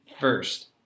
first